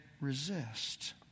resist